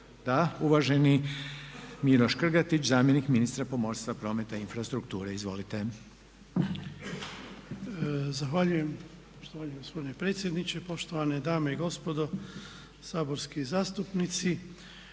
Da. Uvaženi Miro Škrgatić, zamjenik ministra pomorstva, prometa i infrastrukture. Izvolite. **Škrgatić, Miro** Zahvaljujem štovani gospodine predsjedniče. Poštovane dame i gospodo saborski zastupnici